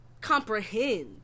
comprehend